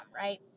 right